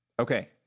Okay